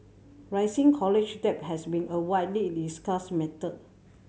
rising college debt has been a widely discussed matter